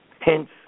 Hence